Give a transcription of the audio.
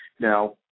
Now